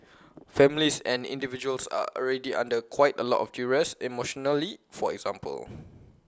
families and individuals are already under quite A lot of duress emotionally for example